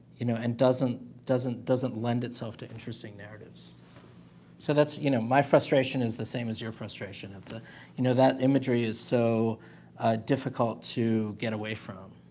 you know and doesn't doesn't doesn't lend itself to interesting narratives so that's you know, my frustration is the same as your frustration. it's a you know, that imagery is so difficult to get away from